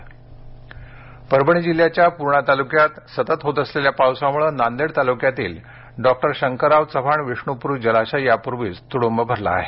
पाण्याचा विसर्ग परभणी जिल्ह्याच्या पूर्णा तालुक्यात सतत होत असलेल्या पावसामुळे नांदेड तालुक्यातील डॉ शंकरराव चव्हाण विष्णुपूरी जलाशय यापुर्वीच तुडूंब भरला आहे